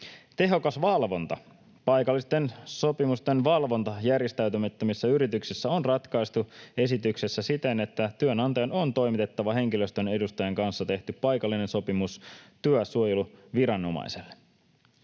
tehokas valvonta — paikallisten sopimusten valvonta järjestäytymättömissä yrityksissä on ratkaistu esityksessä siten, että työnantajan on toimitettava henkilöstön edustajan kanssa tehty paikallinen sopimus työsuojeluviranomaiselle.